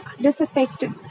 disaffected